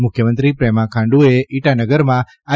મુખ્યમંત્રી પ્રેમા ખાંડુએ ઈટા નગરમાં આઈ